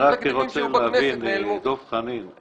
אני רק רוצה להבין, דב חנין.